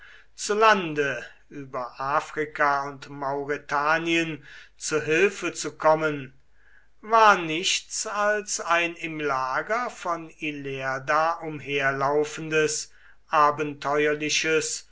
zu lande über afrika und mauretanien zu hilfe zu kommen war nichts als ein im lager von ilerda umherlaufendes abenteuerliches